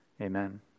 Amen